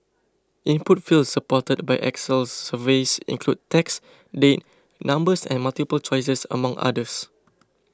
input fields supported by Excel surveys include text date numbers and multiple choices among others